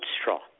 straw